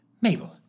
Mabel